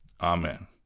Amen